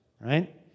right